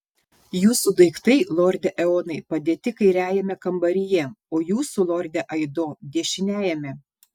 jūsų daiktai lorde eonai padėti kairiajame kambaryje o jūsų lorde aido dešiniajame